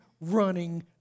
running